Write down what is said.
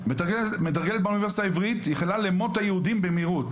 מתרגלת באוניברסיטה העברית איחלה למות היהודים במיעוט